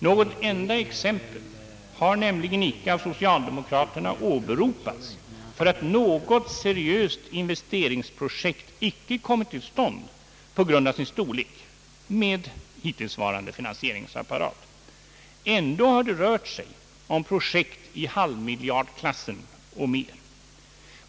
Något enda exempel har nämligen icke av socialdemokraterna åberopats för att något seriöst investeringsprojekt på grund av sin storlek icke kommit till stånd med hittillsvarande finansieringsapparat. Ändå har det rört sig om projekt i halvmiljardklassen och mer.